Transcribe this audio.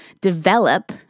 develop